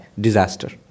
Disaster